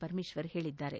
ಪರಮೇಶ್ವರ ಹೇಳಿದ್ದಾರೆ